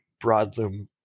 broadloom